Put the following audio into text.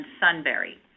Sunbury